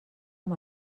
amb